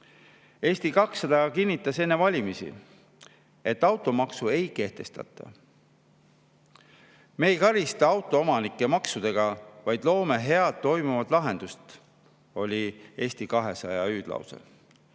Eesti 200 kinnitas enne valimisi, et automaksu ei kehtestata. "Me ei karista autoomanikke maksudega, vaid loome head toimivad lahendused," oli Eesti 200 hüüdlause.